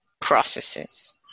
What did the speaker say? processes